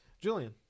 Julian